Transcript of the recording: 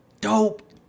dope